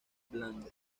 blando